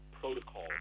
protocol